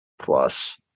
Plus